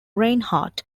reinhardt